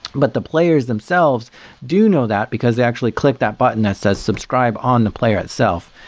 but the players themselves do know that because they actually click that button that says subscribe on the player itself.